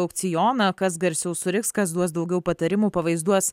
aukcioną kas garsiau suriks kas duos daugiau patarimų pavaizduos